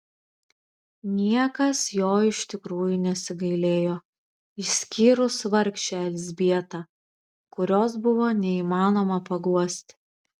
niekas jo iš tikrųjų nesigailėjo išskyrus vargšę elzbietą kurios buvo neįmanoma paguosti